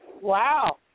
Wow